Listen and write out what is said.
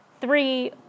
Three